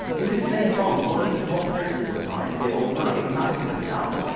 in the same month, one of the top players at the time, the old nite, maxed his account.